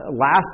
Last